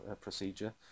procedure